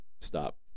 stop